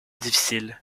difficile